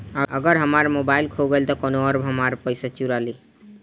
अगर हमार मोबइल खो गईल तो कौनो और हमार पइसा चुरा लेइ?